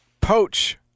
poach